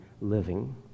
living